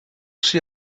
see